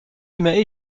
immer